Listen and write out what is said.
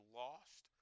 lost